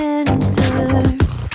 answers